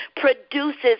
produces